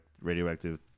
radioactive